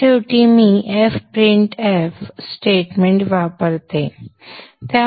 मग शेवटी मी fprintf स्टेटमेंट वापरतो